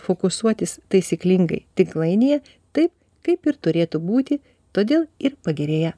fokusuotis taisyklingai tinklainėje tai kaip ir turėtų būti todėl ir pagerėja